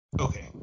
okay